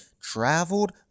traveled